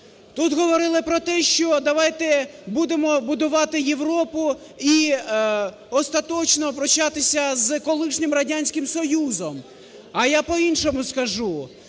Тут говорили про те, що давайте будемо будувати Європу і остаточно прощатися з колишнім Радянським Союзом. А я по-іншому скажу: